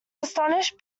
astonished